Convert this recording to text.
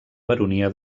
baronia